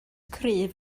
cryf